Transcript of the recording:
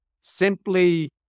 simply